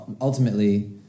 ultimately